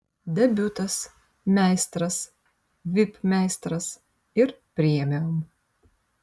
debiutas meistras vip meistras ir premium